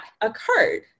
occurred